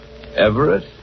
Everett